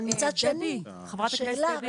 אבל מצד שני --- חברת הכנסת דבי,